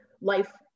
life